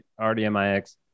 RDMIX